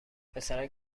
پسرک